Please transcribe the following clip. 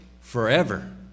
forever